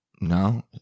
no